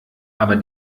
aber